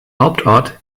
hauptort